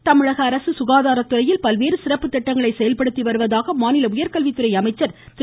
அன்பழகன் தமிழக அரசு சுகாதாரத்துறையில் பல்வேறு சிறப்பு திட்டங்களை செயல்படுத்தி வருவதாக மாநில உயர்கல்வித்துறை அமைச்சர் திரு